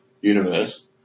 universe